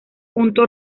punto